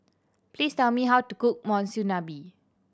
please tell me how to cook Monsunabe